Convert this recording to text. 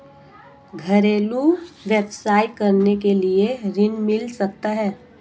घरेलू व्यवसाय करने के लिए ऋण मिल सकता है?